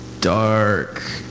dark